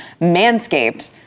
Manscaped